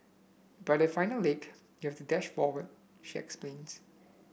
but at final leg you have dash forward she explains